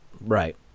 Right